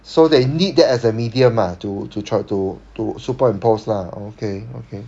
so they need that as a medium ah to to charge to to superimpose lah okay okay